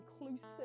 inclusive